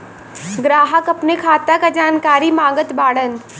ग्राहक अपने खाते का जानकारी मागत बाणन?